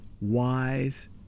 wise